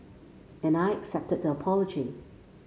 and I accepted the apology